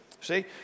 See